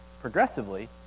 progressively